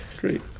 great